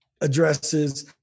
addresses